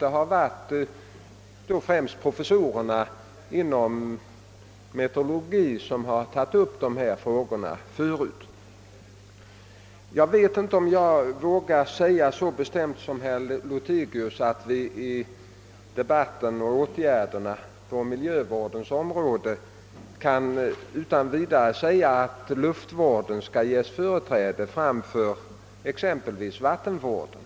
Det har främst varit professorerna inom meteorologin som tidigt tagit upp dessa frågor. Jag vet inte om jag så bestämt som herr Lothigius vågar hävda att vi i debatten om åtgärderna på miljövårdens område utan vidare kan säga att åt luftvården skall ges företräde framför exempelvis vattenvården.